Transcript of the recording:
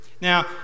Now